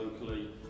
locally